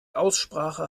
aussprache